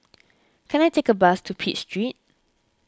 can I take a bus to Pitt Street